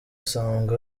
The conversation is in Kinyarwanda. asanzwe